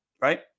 right